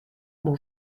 mon